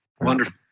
Wonderful